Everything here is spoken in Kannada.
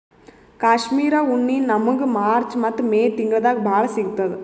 ಕಾಶ್ಮೀರ್ ಉಣ್ಣಿ ನಮ್ಮಗ್ ಮಾರ್ಚ್ ಮತ್ತ್ ಮೇ ತಿಂಗಳ್ದಾಗ್ ಭಾಳ್ ಸಿಗತ್ತದ್